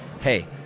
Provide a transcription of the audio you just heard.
hey